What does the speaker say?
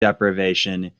deprivation